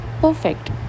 perfect